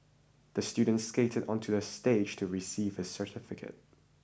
the student skated onto the stage to receive his certificate